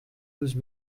douze